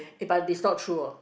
eh but is not true hor